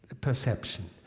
perception